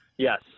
Yes